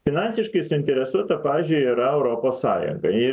finansiškai suinteresuota pavyzdžiui yra europos sąjunga jai